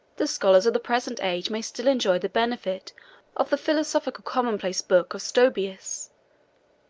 the scholars of the present age may still enjoy the benefit of the philosophical commonplace book of stobaeus,